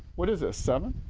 what is this seven.